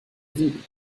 sieben